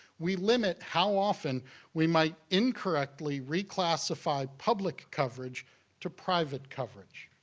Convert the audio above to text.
we limited how often we might incorrectly reclassify public coverage to private coverage.